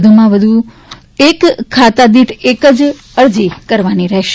વધુમાં એક ખાતા દીઠ એક જ અરજી કરવાની રહેશે